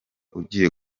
ugiye